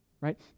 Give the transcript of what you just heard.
Right